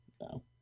no